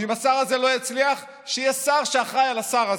ואם השר הזה לא יצליח, שיהיה שר שאחראי לשר הזה.